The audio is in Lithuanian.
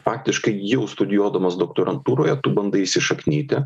faktiškai jau studijuodamas doktorantūroje tu bandai įsišaknyti